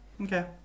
Okay